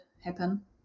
happen